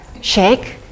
Shake